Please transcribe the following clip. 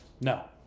No